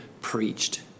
preached